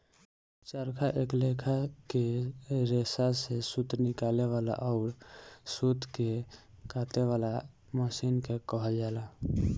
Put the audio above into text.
चरखा एक लेखा के रेसा से सूत निकाले वाला अउर सूत के काते वाला मशीन के कहल जाला